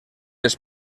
les